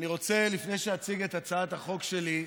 רוצה, לפני שאציג את הצעת החוק שלי,